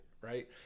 Right